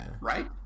right